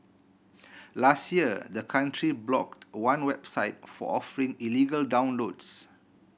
last year the country blocked one website for offering illegal downloads